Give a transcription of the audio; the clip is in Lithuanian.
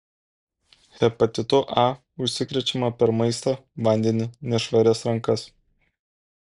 hepatitu a užsikrečiama per maistą vandenį nešvarias rankas